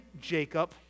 Jacob